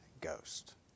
Ghost